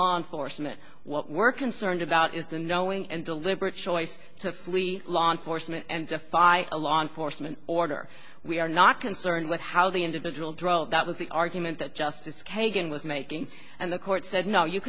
law enforcement what we're concerned about is the knowing and deliberate choice to flee law enforcement and defy our law enforcement order we are not concerned with how the individual drove that was the argument that justice kagan was making and the court said no you